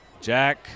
Jack